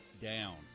down